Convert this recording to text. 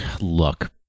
Look